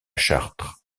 chartres